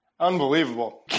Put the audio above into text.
Unbelievable